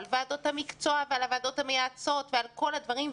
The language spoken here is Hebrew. על ועדות המקצוע ועל הוועדות המייעצות ועל כל הדברים,